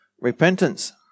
repentance